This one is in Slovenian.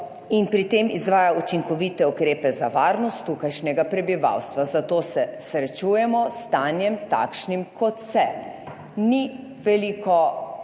in pri tem izvaja učinkovite ukrepe za varnost tukajšnjega prebivalstva, zato se srečujemo s stanjem, takšnim kot se. Ni veliko